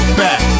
back